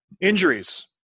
Injuries